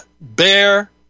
bear